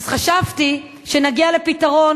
אז חשבתי שנגיע לפתרון,